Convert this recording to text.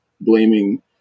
blaming